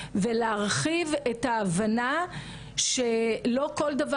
מה שחשוב אצלנו ב-105 שאנחנו מטפלים